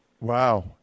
Wow